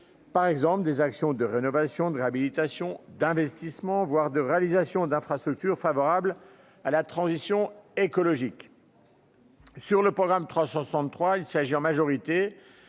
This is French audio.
par exemple des actions de rénovation, réhabilitation d'investissement, voire de réalisation d'infrastructures, favorable à la transition écologique. Sur le programme 363 il s'agit en majorité